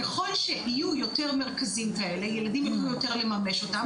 ככל שיהיו יותר מרכזים כאלה וילדים יוכלו יותר לממש אותם,